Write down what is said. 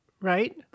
right